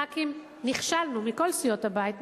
חברי הכנסת מכל סיעות הבית,